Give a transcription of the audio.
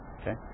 Okay